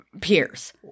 Peers